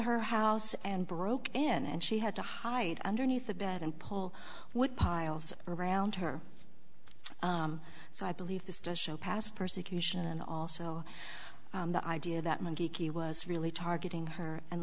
her house and broke in and she had to hide underneath the bed and pull with piles around her so i believe this to show past persecution and also the idea that monkey was really targeting her and